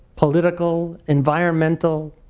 political, environmental,